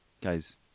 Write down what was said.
guys